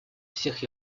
всех